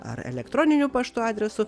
ar elektroniniu paštu adresu